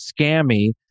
scammy